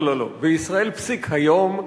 לא, בישראל, פסיק, היום,